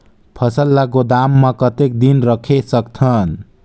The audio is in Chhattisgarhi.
फसल ला गोदाम मां कतेक दिन रखे सकथन?